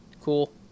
cool